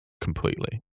completely